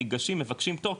ניגשים מבקשים פטור,